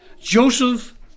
Joseph